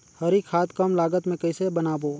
हरी खाद कम लागत मे कइसे बनाबो?